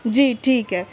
جی ٹھیک ہے